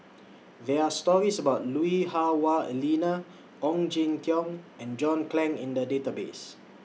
There Are stories about Lui Hah Wah Elena Ong Jin Teong and John Clang in The Database